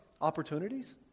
opportunities